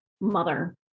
mother